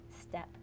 step